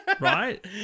right